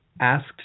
Asked